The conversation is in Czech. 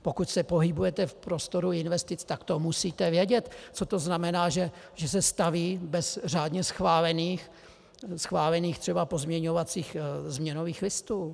Pokud se pohybujete v prostoru investic, tak musíte vědět, co to znamená, že se staví bez řádně schválených třeba pozměňovacích změnových listů.